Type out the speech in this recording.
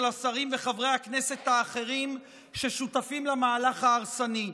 השרים וחברי הכנסת האחרים ששותפים למהלך ההרסני,